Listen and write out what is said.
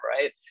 right